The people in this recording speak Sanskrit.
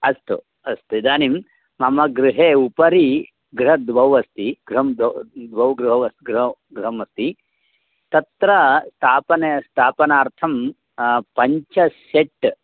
अस्तु अस्तु इदानीं मम गृहस्य उपरि गृहौ द्वौ अस्ति गृहौ द्वौ द्वौ गृहौ गृहौ गृहौ अस्ति तत्र स्थापनाय स्थापनार्थं पञ्च षट्